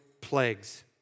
plagues